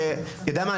אתה יודע מה?